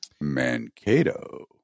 Mankato